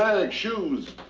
shoes,